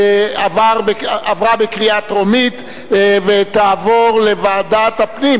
עברה בקריאה טרומית ותעבור לוועדת הפנים